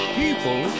people